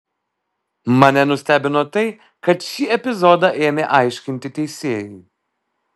mane nustebino tai kad šį epizodą ėmė aiškinti teisėjai